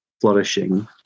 flourishing